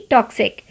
Toxic